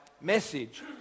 message